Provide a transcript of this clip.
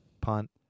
punt